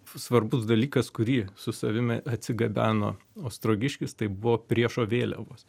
svarbus dalykas kurį su savimi atsigabeno ostrogiškis tai buvo priešo vėliavos